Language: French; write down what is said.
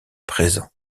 présent